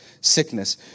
sickness